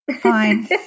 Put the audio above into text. Fine